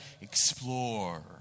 explore